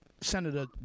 Senator